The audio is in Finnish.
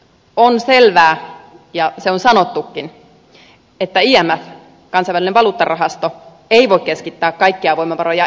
on selvää ja se on sanottukin että imf kansainvälinen valuuttarahasto ei voi keskittää kaikkia voimavaroja eurooppaan